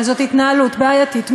אבל זאת התנהלות בעייתית מאוד.